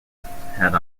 had